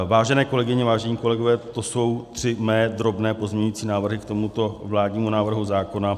Vážené kolegyně, vážení kolegové, to jsou tři mé drobné pozměňovací návrhy k tomuto vládnímu návrhu zákona.